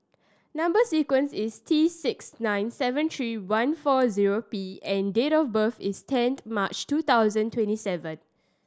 number sequence is T six nine seven three one four zero P and date of birth is tenth March two thousand twenty seven